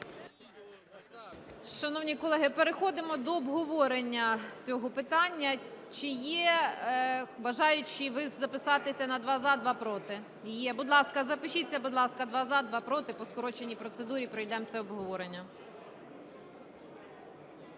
Шановні колеги, переходимо до обговорення цього питання. Чи є бажаючі записатися на два – за, два – проти? Є. Будь ласка, запишіться, будь ласка: два – за, два – проти, по скороченій процедурі пройдемо це обговорення.